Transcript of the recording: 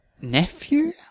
nephew